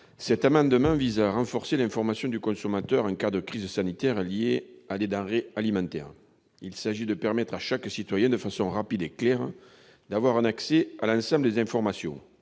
Cet amendement vise à renforcer l'information du consommateur en cas de crise sanitaire liée à des denrées alimentaires. Il s'agit de permettre à chaque citoyen, de façon rapide et claire, d'avoir accès à l'ensemble des informations.